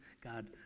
God